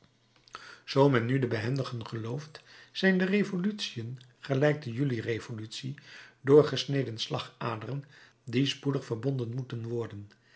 zoo men nu de behendigen gelooft zijn de revolutiën gelijk de juli-revolutie doorgesneden slagaderen die spoedig verbonden moeten worden